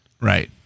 Right